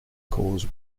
cause